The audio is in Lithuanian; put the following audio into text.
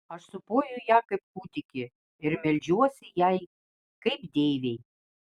aš sūpuoju ją kaip kūdikį ir meldžiuosi jai kaip deivei